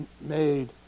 made